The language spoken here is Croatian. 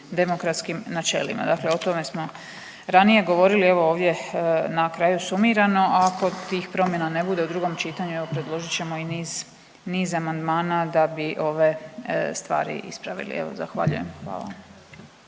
demokratskim načelima. Dakle o tome smo ranije govorili, evo ovdje, na kraju sumirano, ako tih promjena ne bude u drugom čitanju, evo, predložit ćemo i niz amandmana da bi ove stvari ispravili. Evo, zahvaljujem. Hvala.